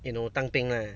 you know 当兵 lah